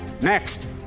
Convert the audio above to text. Next